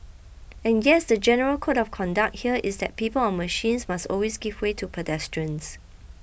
and yes the general code of conduct here is that people on machines must always give way to pedestrians